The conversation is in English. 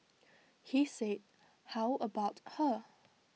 he said how about her